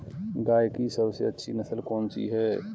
गाय की सबसे अच्छी नस्ल कौनसी है?